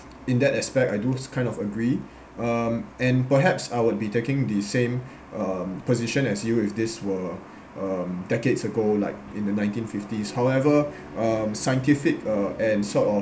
in that aspect I do kind of agree um and perhaps I will be taking the same um position as you with this where um decades ago like in the nineteen fifties however um scientific uh and sort of